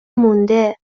مونده